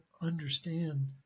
understand